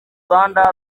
uganda